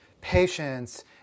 patience